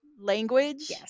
language